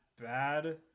bad